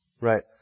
right